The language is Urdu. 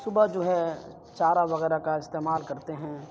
صبح جو ہے چارا وغیرہ کا استعمال کرتے ہیں